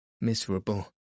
miserable